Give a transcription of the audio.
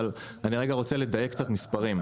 אבל אני רוצה לדייק קצת מספרים.